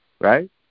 right